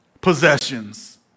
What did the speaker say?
possessions